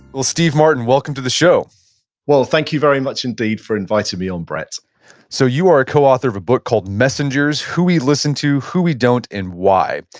well, steve martin, welcome to the show well, thank you very much indeed for inviting me on brett so you are a coauthor of a book called messengers who we listen to, who we don't and why.